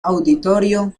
auditorio